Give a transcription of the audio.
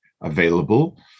available